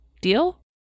Deal